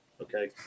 okay